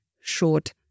short